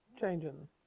changing